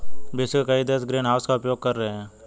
विश्व के कई देश ग्रीनहाउस का उपयोग कर रहे हैं